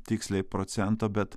tiksliai procento bet